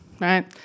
right